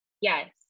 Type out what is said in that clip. Yes